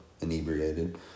Inebriated